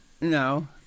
No